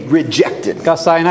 rejected